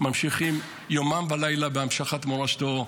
ממשיכים יומם ולילה בהמשכת מורשתו,